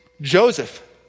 Joseph